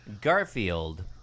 Garfield